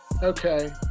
okay